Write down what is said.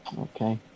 Okay